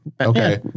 Okay